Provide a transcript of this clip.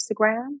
Instagram